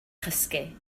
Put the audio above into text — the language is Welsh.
chysgu